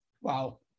Wow